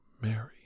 Mary